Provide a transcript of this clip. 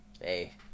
Hey